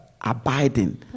abiding